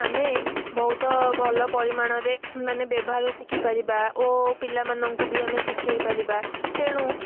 ଆମେ ବହୁତ ଭଲ ପରିମାଣରେ ମାନେ ବ୍ୟବାହର ଶିଖିପାରିବା ଓ ପିଲାମାନଙ୍କୁ ବି ଆମେ ଶିଖେଇ ପାରିବା ତେଣୁ